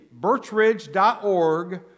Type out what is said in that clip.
birchridge.org